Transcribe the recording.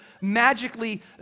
magically